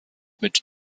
mit